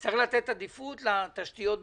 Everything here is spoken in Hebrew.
אפשר הערה לשר לפני שהוא יוצא?